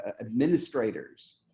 administrators